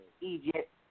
Egypt